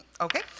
Okay